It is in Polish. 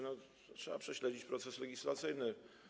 No, trzeba prześledzić proces legislacyjny.